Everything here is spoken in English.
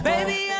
Baby